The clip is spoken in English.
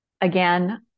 again